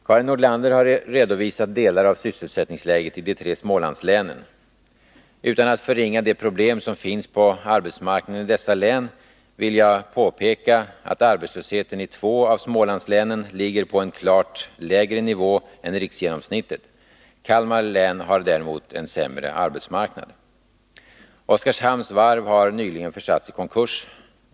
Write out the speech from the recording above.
Karin Nordlander har redovisat delar av sysselsättningsläget i de tre Smålandslänen. Utan att förringa de problem som finns på arbetsmarknaden i dessa län vill jag påpeka att arbetslösheten i två av Smålandslänen ligger på en klart lägre nivå än riksgenomsnittet. Kalmar län har däremot en sämre arbetsmarknad. Oskarshamns varv har nyligen försatts i konkurs.